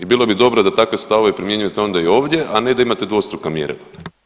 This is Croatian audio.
I bilo bi dobro da takve stavove primjenjujete onda i ovdje, a ne da imate dvostruka mjerila.